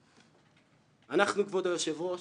אנחנו, כבוד היושב-ראש,